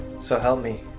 so help me.